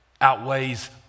outweighs